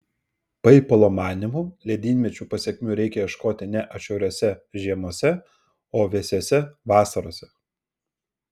paipolo manymu ledynmečių pasekmių reikia ieškoti ne atšiauriose žiemose o vėsiose vasarose